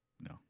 No